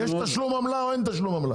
יש תשלום עמלה או אין תשלום עמלה?